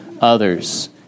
others